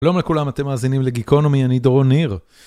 שלום לכולם, אתם מאזינים לגיקונומי, אני דורון ניר.